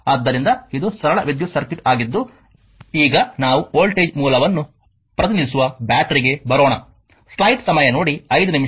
ಆದ್ದರಿಂದ ಇದು ಸರಳ ವಿದ್ಯುತ್ ಸರ್ಕ್ಯೂಟ್ ಆಗಿದ್ದು ಈಗ ನಾವು ವೋಲ್ಟೇಜ್ ಮೂಲವನ್ನು ಪ್ರತಿನಿಧಿಸುವ ಬ್ಯಾಟರಿಗೆ ಬರೋಣ